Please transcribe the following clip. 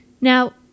Now